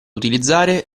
utilizzare